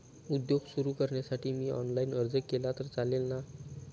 उद्योग सुरु करण्यासाठी मी ऑनलाईन अर्ज केला तर चालेल ना?